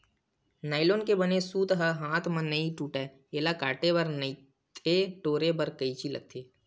nylon के बने सूत ह हाथ म नइ टूटय, एला काटे बर नइते टोरे बर कइची लागथे